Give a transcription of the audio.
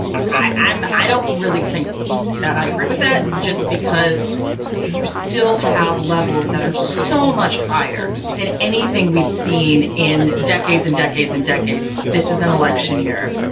i don't really think that i agree with that just because you still have levels that are so much higher than anything we've seen in decades and decades and decades. this is an election year.